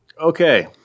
Okay